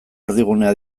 erdigunea